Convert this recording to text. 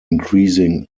increasing